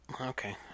Okay